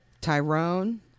Tyrone